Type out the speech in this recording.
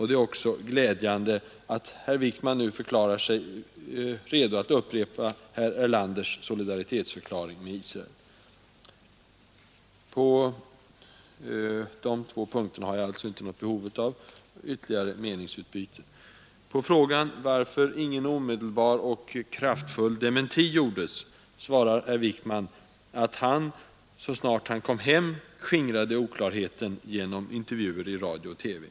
Det är också glädjande att herr Wickman nu förklarar sig redo att upprepa herr Erlanders solidaritetsförklaring med Israel. På de två punkterna har jag alltså inte något behov av ytterligare meningsutbyte. På frågan varför ingen omedelbar och kraftfull dementi gjordes svarar herr Wickman att han, så snart han kom hem, skingrade oklarheten genom intervjuer i radio och TV.